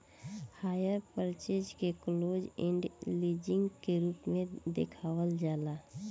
hire purchase के close end leasing के रूप में देखावल जाला